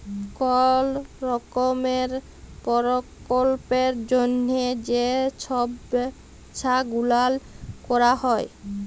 call রকমের পরকল্পের জ্যনহে যে ছব ব্যবছা গুলাল ক্যরা হ্যয়